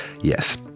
yes